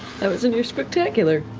that was in your spooktacular.